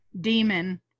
demon